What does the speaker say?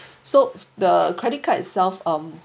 so the credit card itself um